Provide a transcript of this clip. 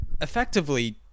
Effectively